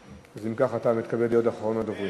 אז אם כך, אתה מתכבד להיות אחרון הדוברים.